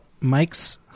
Mike's